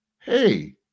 Hey